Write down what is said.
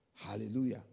Hallelujah